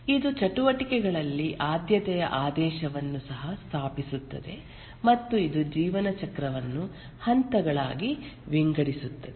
ಇದು ಚಟುವಟಿಕೆಗಳಲ್ಲಿ ಆದ್ಯತೆಯ ಆದೇಶವನ್ನು ಸಹ ಸ್ಥಾಪಿಸುತ್ತದೆ ಮತ್ತು ಇದು ಜೀವನ ಚಕ್ರವನ್ನು ಹಂತಗಳಾಗಿ ವಿಂಗಡಿಸುತ್ತದೆ